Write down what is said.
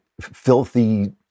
filthy